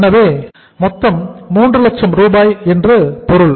எனவே மொத்தம் 3 லட்சம் ரூபாய் என்று பொருள்